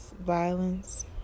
violence